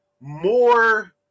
more